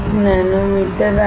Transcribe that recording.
1 nanometre